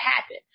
happen